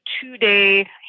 two-day